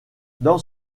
dans